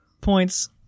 Points